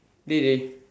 dey dey